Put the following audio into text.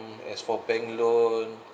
as for bank loan